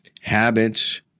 habits